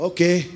Okay